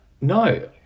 No